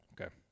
Okay